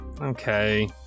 okay